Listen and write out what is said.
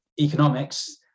economics